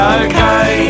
okay